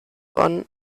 bonn